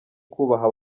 kubaha